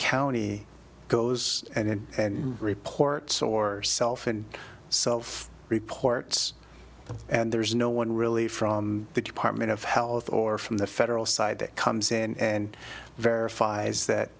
county goes in and reports or self and self reports and there is no one really from the department of health or from the federal side that comes in and verifies that